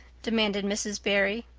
demanded mrs. barry.